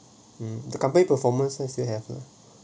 ya um the company performance still have uh